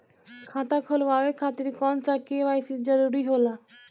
खाता खोलवाये खातिर कौन सा के.वाइ.सी जरूरी होला?